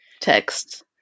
text